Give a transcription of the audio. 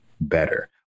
better